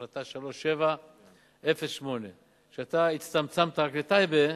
החלטה מס' 3708. כשאתה הצטמצמת רק לטייבה,